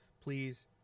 please